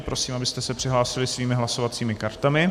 Prosím, abyste se přihlásili svými hlasovacími kartami.